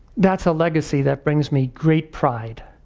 that's a legacy that brings me great pride.